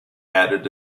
added